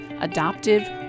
adoptive